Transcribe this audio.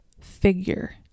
figure